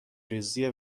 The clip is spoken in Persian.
ریزی